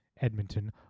Edmonton